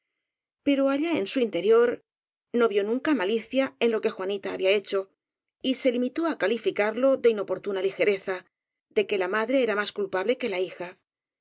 pero allá en su interior no vió nunca malicia en lo que juanita había hecho y se limitó á calificarlo de inoportu na ligereza de que la madre era más culpable que la hija